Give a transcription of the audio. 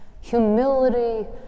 humility